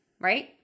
right